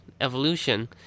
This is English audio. evolution